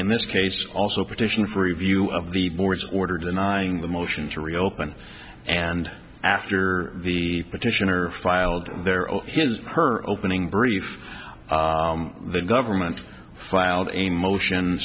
in this case also petition for review of the board's order denying the motion to reopen and after the petitioner filed their or his her opening brief the government filed a motion